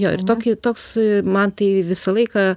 jo ir tokį toks man tai visą laiką